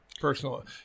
personal